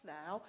now